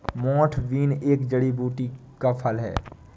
मोठ बीन एक जड़ी बूटी का फल है